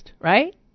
right